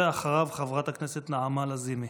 ואחריו חברת הכנסת נעמה לזימי.